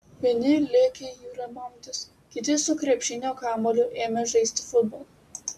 vieni lėkė į jūrą maudytis kiti su krepšinio kamuoliu ėmė žaisti futbolą